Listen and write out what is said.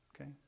Okay